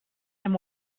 and